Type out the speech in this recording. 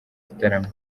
gitaramo